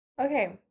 Okay